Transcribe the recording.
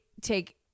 take